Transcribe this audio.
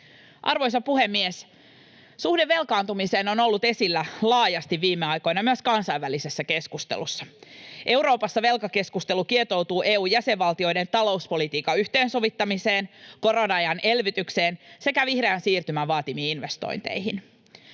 Arvoisa puhemies! Suhde velkaantumiseen on ollut esillä laajasti viime aikoina, myös kansainvälisessä keskustelussa. Euroopassa velkakeskustelu kietoutuu EU:n jäsenvaltioiden talouspolitiikan yhteensovittamiseen, korona-ajan elvytykseen sekä vihreän siirtymän vaatimiin investointeihin.